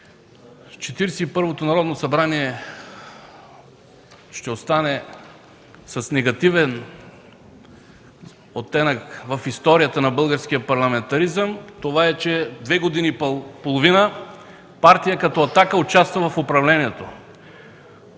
първото Народно събрание ще остане с негативен оттенък в историята на българския парламентаризъм, това е, че две години и половина партия като „Атака” участва в управлението.